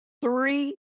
three